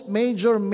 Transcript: major